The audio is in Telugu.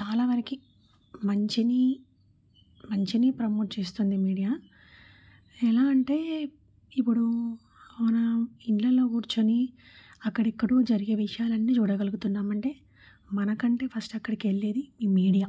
చాలా వరకి మంచిని మంచిని ప్రమోట్ చేస్తుంది మీడియా ఎలా అంటే ఇప్పుడు మనం ఇండ్లల్లో కూర్చొని అక్కడ ఎక్కడో జరిగే విషయాలన్నీ చూడగలుగుతున్నాము అంటే మనకంటే ఫస్ట్ అక్కడికి వెళ్ళేది ఈ మీడియా